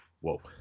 whoa